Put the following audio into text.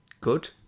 good